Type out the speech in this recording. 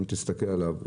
אם תסתכל עליו,